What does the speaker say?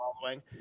following